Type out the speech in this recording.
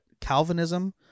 Calvinism